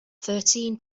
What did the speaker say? thirteen